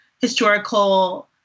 historical